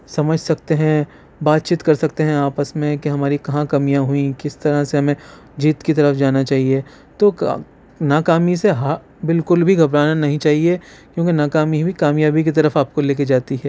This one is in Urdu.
سمجھ سکتے ہیں بات چیت کر سکتے ہیں آپس میں کہ ہماری کہاں کمیاں ہوئیں کس طرح سے ہمیں جیت کی طرف جانا چاہیے تو کا ناکامی سے ہاں بالکل بھی گھبرانا نہیں چاہیے کیونکہ ناکامی بھی کامیابی کی طرف آپ کو لے کے جاتی ہے